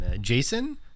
Jason